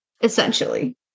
essentially